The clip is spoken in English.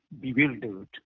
bewildered